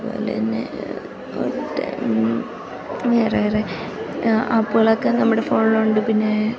അതുപോലെ തന്നെ മറ്റേ വേറേറെ ആപ്പുകളൊക്കെ നമ്മുടെ ഫോണിലുണ്ട് പിന്നേ